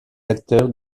acteurs